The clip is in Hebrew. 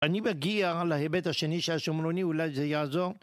אני מגיע להיבט השני של השומרוני, אולי זה יעזור?